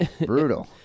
brutal